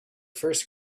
first